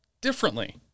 differently